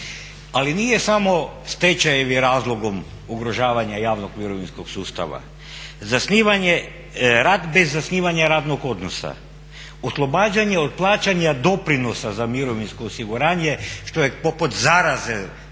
Ali nisu samo stečajevi razlogom ugrožavanja javnog mirovinskog sustava. Rad bez zasnivanja radnog odnosa, oslobađanje od plaćanja doprinosa za mirovinsko osiguranje što je poput zaraze